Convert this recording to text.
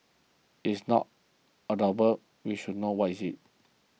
it's not adorable we should know what is it